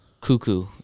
cuckoo